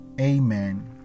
Amen